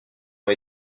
ont